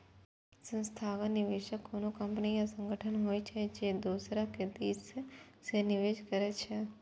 संस्थागत निवेशक कोनो कंपनी या संगठन होइ छै, जे दोसरक दिस सं निवेश करै छै